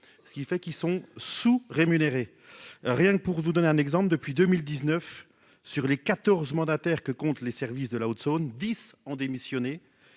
ce qui fait, qui sont sous-rémunérés, rien que pour vous donner un exemple : depuis 2019 sur les 14 mandataire que comptent les services de la Haute-Saône dix ans démissionner